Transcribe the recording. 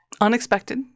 unexpected